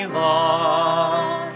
lost